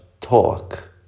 talk